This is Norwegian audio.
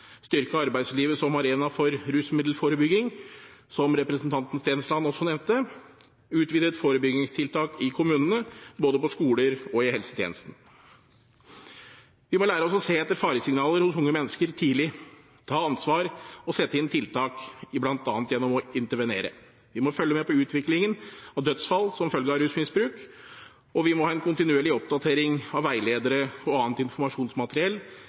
styrke arbeidslivet som arena for rusmiddelforebygging, som representanten Stensland også nevnte, og utvidede forebyggingstiltak i kommunene, både på skoler og i helsetjenesten. Vi må lære oss å se etter faresignaler hos unge mennesker tidlig, ta ansvar og sette inn tiltak, bl.a. gjennom å intervenere. Vi må følge med på utviklingen av dødsfall som følge av rusmisbruk, og vi må ha en kontinuerlig oppdatering av veiledere og annet informasjonsmateriell